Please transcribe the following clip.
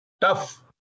tough